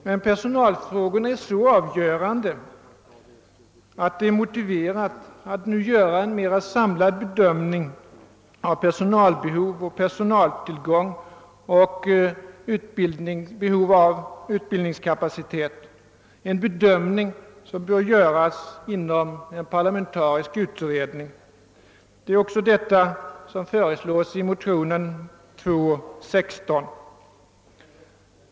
Men personalfrågorna är så avgörande att det är motiverat att nu göra en mer samlad bedömning av personalbehov och personaltillgång och behovet av utbildningskapacitet, en bedömning som bör göras inom en pårlamentarisk utredning. Det är också detta som föreslås i motion II:16.